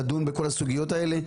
לדון בכל הסוגיות האלה,